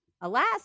alas